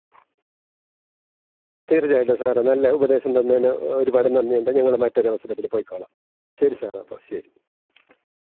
തീർച്ചയായിട്ടും സാറേ നല്ല ഉപദേശം തന്നതിന് ഒരുപാട് നന്ദിയുണ്ട് ഞങ്ങൾ മറ്റൊരവസരത്തിൽ പൊയ്ക്കോളാം ശരി സാറേ അപ്പം ശരി